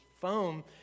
foam